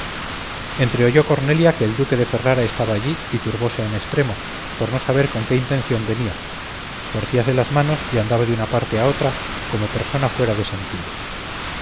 ánimo entreoyó cornelia que el duque de ferrara estaba allí y turbóse en estremo por no saber con qué intención venía torcíase las manos y andaba de una parte a otra como persona fuera de sentido